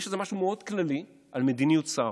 יש איזה משהו מאוד כללי על מדיניות שר.